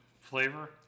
Flavor